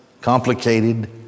complicated